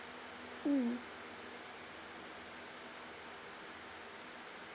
mm